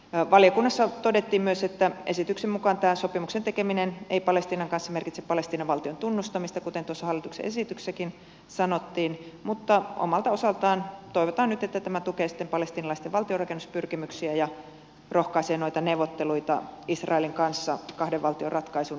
valiokunnassa todettiin myös että esityksen mukaan tämä sopimuksen tekeminen palestiinan kanssa ei merkitse palestiinan valtion tunnustamista kuten tuossa hallituksen esityksessäkin sanottiin mutta toivotaan nyt että tämä omalta osaltaan tukee sitten palestiinalaisten valtionrakennuspyrkimyksiä ja rohkaisee noita neuvotteluita israelin kanssa kahden valtion ratkaisun saavuttamiseksi